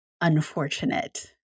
unfortunate